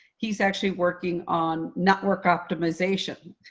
he's actually working on network optimization.